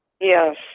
Yes